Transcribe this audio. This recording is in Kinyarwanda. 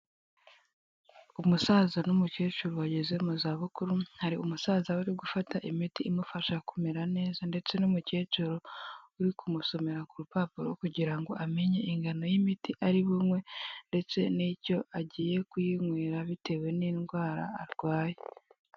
Umusaza n'umukecuru bageze mu za bukuru, hari umusaza wari gufata imiti imufasha kumera neza, ndetse n'umukecuru uri kumusomera ku rupapuro kugira ngo amenye ingano y'imiti ari bunywe ndetse n'icyo agiye kuyinywera bitewe n'indwara arwaye.